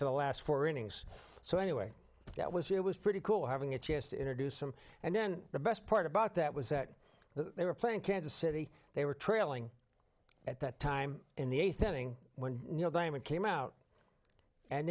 for the last four innings so anyway that was it was pretty cool having a chance to introduce him and then the best part about that was that they were playing kansas city they were trailing at that time in the eighth inning when neil diamond came out and